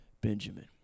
Benjamin